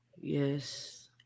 Yes